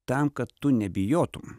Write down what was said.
tam kad tu nebijotum